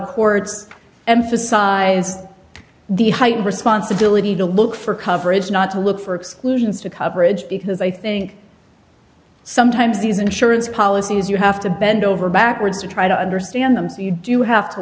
courts emphasize the height responsibility to look for coverage not to look for exclusions to coverage because i think sometimes these insurance policies you have to bend over backwards to try to understand them so you do have to